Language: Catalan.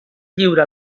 lliura